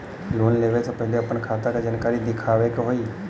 Loan लेवे से पहिले अपने खाता के जानकारी दिखावे के होई?